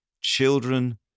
Children